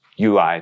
UI